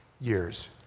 years